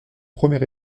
premier